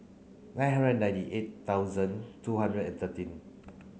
nine hundred and ninety eight thousand two hundred and thirteen